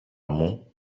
μου